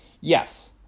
Yes